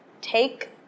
take